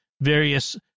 various